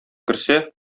керсә